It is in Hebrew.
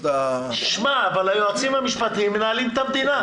אבל היועצים המשפטיים מנהלים את המדינה.